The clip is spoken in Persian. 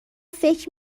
فکر